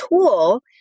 tool